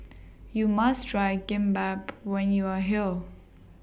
YOU must Try Kimbap when YOU Are here